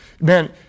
Man